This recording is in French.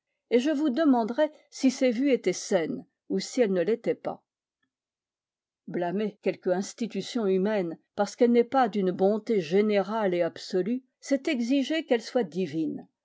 et je vous demanderai si ces vues étaient saines ou si elles ne l'étaient pas blâmer quelque institution humaine parce qu'elle n'est pas d'une bonté générale et absolue c'est exiger qu'elle soit divine